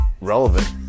relevant